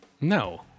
no